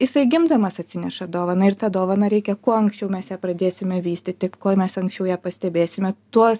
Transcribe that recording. jisai gimdamas atsineša dovaną ir tą dovaną reikia kuo anksčiau mes ją pradėsime vystyti kuo mes anksčiau ją pastebėsime tuo